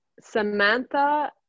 samantha